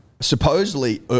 supposedly